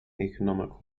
economic